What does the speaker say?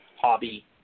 hobby